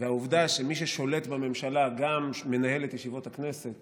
והעובדה שמי ששולט בממשלה גם מנהל את ישיבות הכנסת